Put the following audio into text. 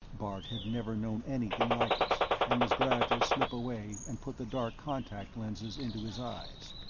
bart had never known anything like it, and was glad to slip away and put the dark contact lenses into his eyes.